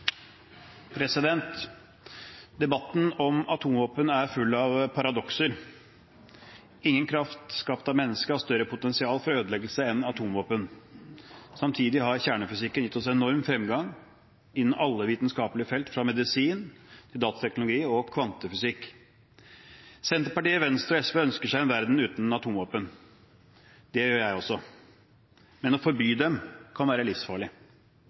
full av paradokser. Ingen kraft skapt av mennesker har større potensial for ødeleggelse enn atomvåpen. Samtidig har kjernefysikken gitt oss en enorm fremgang innen alle vitenskapelige felt – fra medisin til datateknologi og kvantefysikk. Senterpartiet, Venstre og SV ønsker seg en verden uten atomvåpen. Det gjør jeg også, men å forby dem kan være livsfarlig.